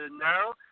now